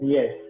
Yes